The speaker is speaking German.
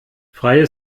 freie